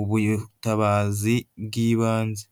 ubutabazi bw'ibanze.